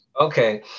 Okay